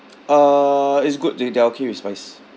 uh it's good they they're okay with spice